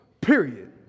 Period